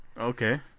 Okay